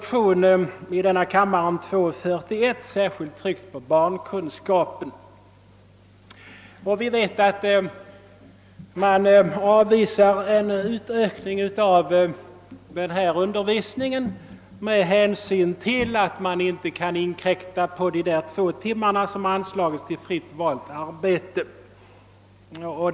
tryckt på barnkunskap. Utskottet avvisar en utökning av denna undervisning med hänvisning till att man inte kan inkräkta på de två timmar som anslagits till fritt valt arbete.